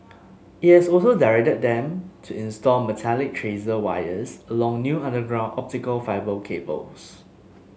it has also directed them to install metallic tracer wires along new underground optical fibre cables